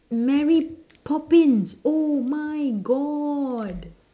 mary poppins oh my god